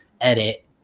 edit